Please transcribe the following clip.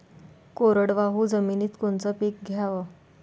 कोरडवाहू जमिनीत कोनचं पीक घ्याव?